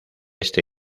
este